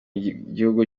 gihugu